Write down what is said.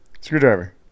screwdriver